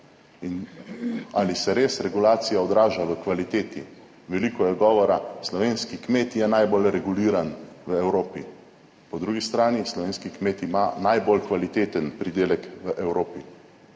ali se res regulacija odraža v kvaliteti. Veliko je govora, slovenski kmet je najbolj reguliran v Evropi, po drugi strani slovenski kmet ima najbolj kvaliteten pridelek v Evropi.